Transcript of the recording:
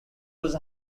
was